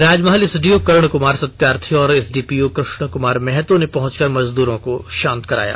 राजमहल SDO Karn Kumar Satyarthi और SDPO Krishna Kumar Mahato ने पहुंचकर मजदूरों को शांत कराया